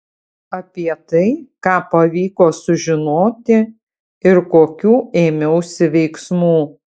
apie tai ką pavyko sužinoti ir kokių ėmiausi veiksmų